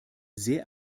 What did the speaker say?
sehr